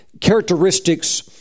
characteristics